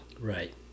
Right